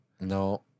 No